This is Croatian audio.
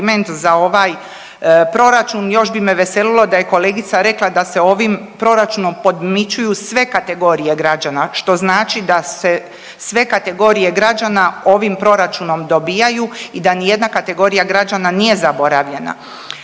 za ovaj Proračun. Još bi me veselilo da je kolegica rekla da se ovim Proračunom podmićuju sve kategorije građana, što znači da se sve kategorije građana ovim proračunom dobijaju i da nijedna kategorija građana nije zaboravljena.